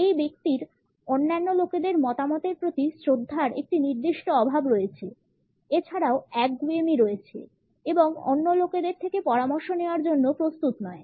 এই ব্যক্তির অন্যান্য লোকেদের মতামতের প্রতি শ্রদ্ধার একটি নির্দিষ্ট অভাব রয়েছে এছাড়াও কিছু একগুঁয়েমি রয়েছে এবং অন্য লোকেদের থেকে পরামর্শ নেওয়ার জন্য প্রস্তুত নয়